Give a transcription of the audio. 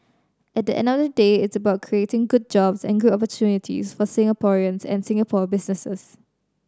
at the end of the day it's about creating good jobs and good opportunities for Singaporeans and Singapore businesses